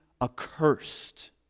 accursed